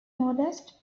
modest